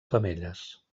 femelles